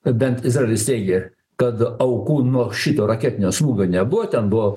bent izraelis teigė kad aukų nuo šito raketinio smūgio nebuvo ten buvo